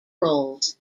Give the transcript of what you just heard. roles